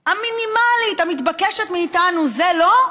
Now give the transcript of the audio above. המינימלית, המתבקשת מאיתנו, זה לא?